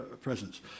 presence